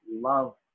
love